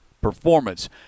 performance